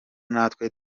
natwe